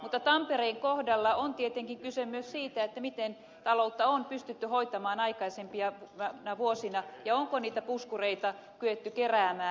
mutta tampereen kohdalla on tietenkin kyse myös siitä miten taloutta on pystytty hoitamaan aikaisempina vuosina ja onko niitä puskureita kyetty keräämään